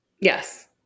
Yes